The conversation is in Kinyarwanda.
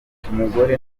umugore